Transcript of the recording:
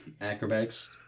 Acrobatics